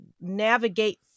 navigate